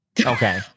Okay